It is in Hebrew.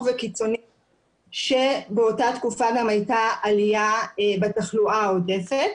וקיצוני כשבאותה תקופה גם הייתה עלייה בתחלואה העודפת.